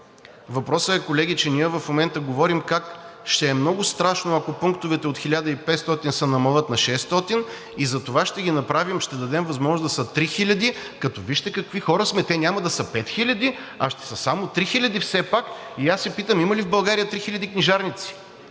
Въпросът е, колеги, че ние в момента говорим как ще е много страшно, ако пунктовете от 1500 се намалят на 600 и затова ще ги направим, ще дадем възможност да са 3000, като вижте какви хора сме, те няма да са 5000, а ще са само 3000 все пак и аз се питам: има ли в България 3000 книжарници?